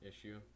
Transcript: issue